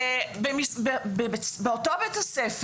אותה העדפה באותו בית הספר.